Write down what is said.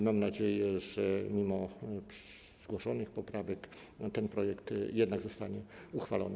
Mam nadzieję, że mimo zgłoszonych poprawek ten projekt jednak zostanie uchwalony.